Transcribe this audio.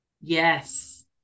yes